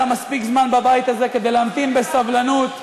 אתה מספיק זמן בבית הזה כדי להמתין בסבלנות.